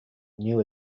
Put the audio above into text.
new